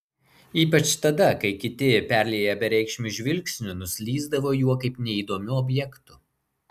ypač tada kai kiti perlieję bereikšmiu žvilgsniu nuslysdavo juo kaip neįdomiu objektu